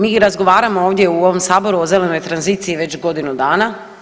Mi razgovaramo ovdje u ovom saboru o zelenoj tranziciji već godinu dana.